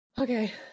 okay